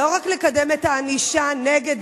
לא רק לקדם את הענישה נגד